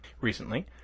recently